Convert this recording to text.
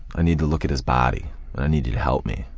i need to look at his body, and i need you to help me.